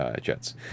jets